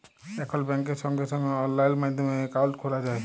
এখল ব্যাংকে সঙ্গে সঙ্গে অললাইন মাধ্যমে একাউন্ট খ্যলা যায়